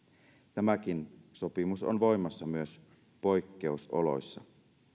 tämäkin sopimus on voimassa myös poikkeusoloissa